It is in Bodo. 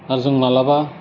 आरो जों मालाबा